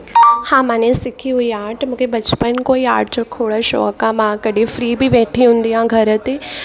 हा माने सिखी हुई आर्ट मूंखे बचपन खां ई आर्ट जो खोड़ शौक़ु आहे मां कॾहिं फ़्री बि वेठी हुई आहियां घर ते